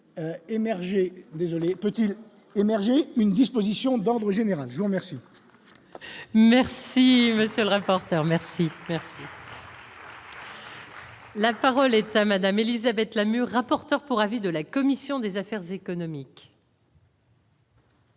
peut-il émerger une disposition d'ordre général jour merci. Merci, monsieur le rapporteur, merci. La parole est à Madame Élisabeth Lamure, rapporteur pour avis de la commission des affaires économiques.